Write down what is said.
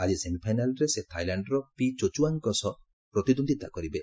ଆଜି ସେମିଫାଇନାଲ୍ରେ ସେ ଥାଇଲାଶ୍ଡର ପି ଚୋଚୁୱାଙ୍ଗଙ୍କ ସହ ପ୍ରତିଦ୍ୱନ୍ଦ୍ୱିତା କରିବେ